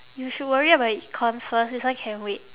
you should worry about your econs first this one can wait